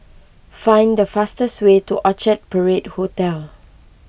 find the fastest way to Orchard Parade Hotel